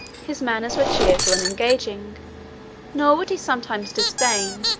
his manners were cheerful and engaging nor would he sometimes disdain,